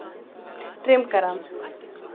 tram کران